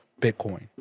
Bitcoin